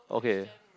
okay